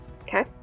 Okay